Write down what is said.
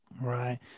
Right